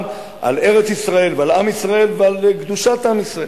על ארץ-ישראל ועל עם ישראל ועל קדושת עם ישראל.